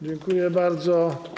Dziękuję bardzo.